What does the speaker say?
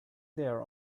there